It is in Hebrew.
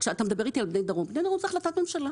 כשאתה מדבר איתי על בני דרום בני דרום זו החלטת ממשלה.